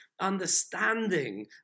understanding